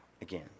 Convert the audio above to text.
again